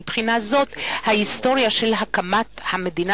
מבחינה זו ההיסטוריה של הקמת המדינה